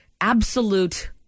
absolute